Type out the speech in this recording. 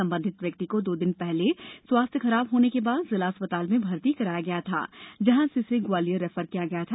संबंधित व्यक्ति को दो दिन पहले स्वास्थ्य खराब होने के बाद जिला अस्पताल में भर्ती कराया गया था जहां से उसे ग्वालियर भेजा गया था